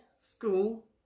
School